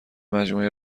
مجموعه